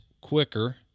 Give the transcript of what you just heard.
quicker